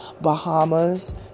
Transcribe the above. Bahamas